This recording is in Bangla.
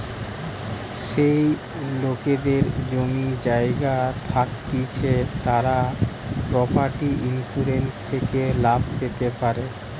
যেই লোকেদের জমি জায়গা থাকতিছে তারা প্রপার্টি ইন্সুরেন্স থেকে লাভ পেতে পারে